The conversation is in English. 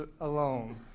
alone